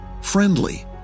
friendly